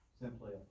simply